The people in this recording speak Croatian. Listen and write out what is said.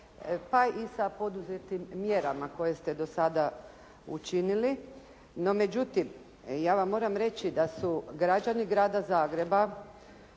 pa i sa poduzetim mjerama koje ste do sada učinili. No međutim, ja vam moram reći da su građani grada Zagreba